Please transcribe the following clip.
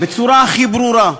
בצורה הכי ברורה.